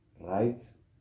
Rights